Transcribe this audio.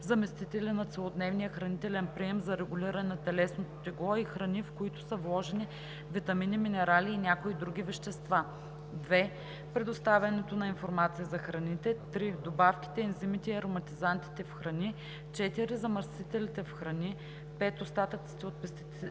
заместители на целодневния хранителен прием за регулиране на телесното тегло и храни, в които са вложени витамини, минерали и някои други вещества; 2. предоставянето на информация за храните; 3. добавките, ензимите и ароматизантите в храни; 4. замърсителите в храни; 5. остатъците от пестициди